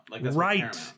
Right